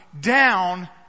down